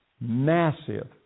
Massive